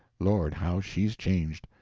lord, how she's changed!